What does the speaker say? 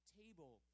table